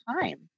time